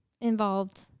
involved